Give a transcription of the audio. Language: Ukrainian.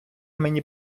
мені